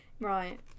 Right